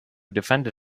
defended